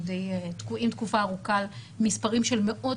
אנחנו די תקועים תקופה ארוכה עם מספרים של מאות